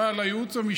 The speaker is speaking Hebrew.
אבל הייעוץ המשפטי,